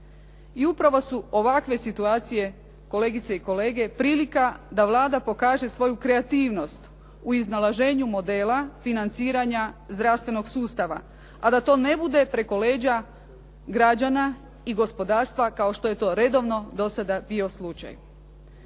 I upravo su ovakve situacije, kolegice i kolege prilika da Vlada pokaže svoju kreativnost u iznalaženju modela financiranja zdravstvenog sustava, a da to ne bude preko leđa građana i gospodarstva kao što je to redovno do sada bio slučaj.